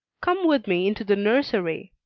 come with me into the nursery.